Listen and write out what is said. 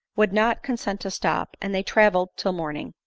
would not consent to stop, and they travelled till morning.